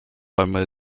einmal